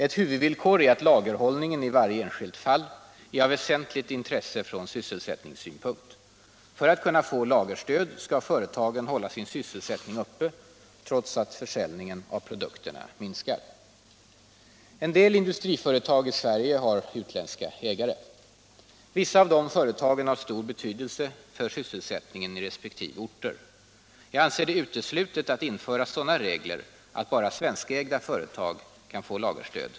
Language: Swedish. Ett huvudvillkor är att lagerhållningen i varje enskilt fall är av väsentligt intresse från sysselsättningssynpunkt. För att kunna få lagerstöd skall företagen hålla sin sysselsättning uppe trots att försäljningen av produkterna minskar. En del industriföretag i Sverige har utländska ägare. Vissa av de företagen har stor betydelse för sysselsättningen i resp. orter. Jag anser det uteslutet att införa sådana regler att bara svenskägda företag kan få lagerstöd.